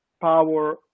power